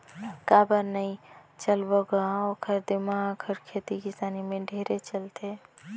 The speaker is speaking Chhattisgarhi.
काबर नई चलबो ग ओखर दिमाक हर खेती किसानी में ढेरे चलथे